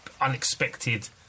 unexpected